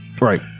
Right